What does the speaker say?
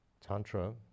Tantra